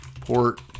port